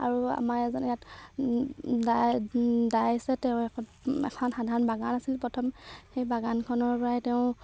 আৰু আমাৰ এজন ইয়াত দাই দাই আছে তেওঁৰ এখন এখন সাধাৰণ বাগান আছিল প্ৰথম সেই বাগানখনৰপৰাই তেওঁ